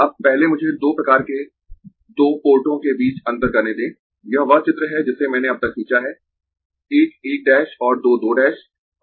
अब पहले मुझें दो प्रकार के दो पोर्टों के बीच अंतर करने दें यह वह चित्र है जिसे मैंने अब तक खींचा है 1 1 और 2 2